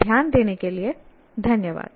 ध्यान देने के लिये धन्यवाद